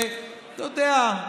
ואתה יודע,